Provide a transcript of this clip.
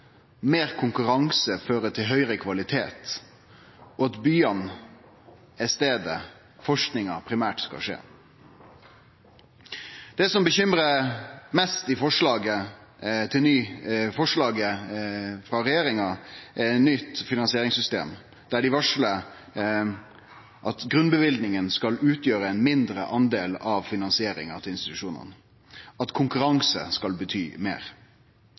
meir konkurranse fører til høgare kvalitet, og at byane er staden der forskinga primært skal skje. Det som bekymrar mest i forslaget til nytt finansieringssystem frå regjeringa, er at dei varslar at grunnløyvinga skal utgjere ein mindre del av finansieringa til institusjonane, at konkurranse skal bety meir.